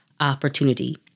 opportunity